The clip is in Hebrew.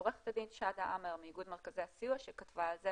עורכת הדין שדא עאמר מאיגוד מרכזי הסיוע שכתבה על זה